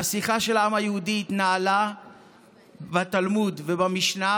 והשיחה של העם היהודי התנהלה בתלמוד ובמשנה,